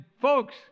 folks